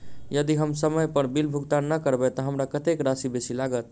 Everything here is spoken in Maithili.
यदि हम समय पर बिल भुगतान नै करबै तऽ हमरा कत्तेक राशि बेसी लागत?